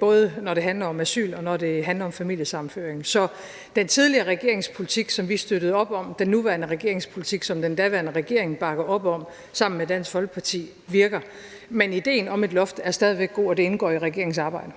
både når det handler om asyl, og når det handler om familiesammenføring. Så den tidligere regerings politik, som vi støttede op om, og den nuværende regerings politik, som den daværende regering bakker op om sammen med Dansk Folkeparti, virker. Men idéen om et loft er stadig væk god, og det indgår i regeringens arbejde.